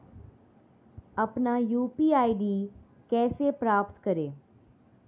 अपना UPI ID कैसे प्राप्त करें?